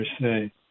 say